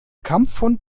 kampfhund